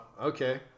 okay